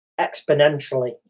exponentially